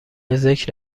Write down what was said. ذکر